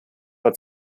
war